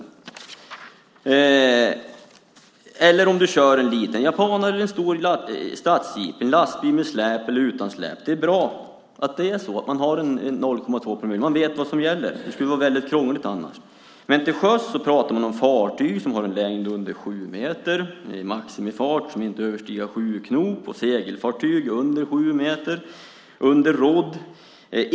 Det gäller även om du kör en liten japansk bil, en stor stadsjeep eller en lastbil med släp eller utan släp. Det är bra att det finns en gräns på 0,2 promille så att man vet vad som gäller. Det skulle vara väldigt krångligt annars. Men till sjöss talar man om fartyg som har en längd under sju meter, en maximifart som inte överstiger sju knop, segelfartyg under sju meter och båtar under rodd.